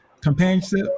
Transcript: Companionship